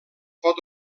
pot